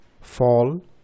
fall